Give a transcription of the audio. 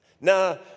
Now